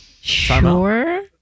Sure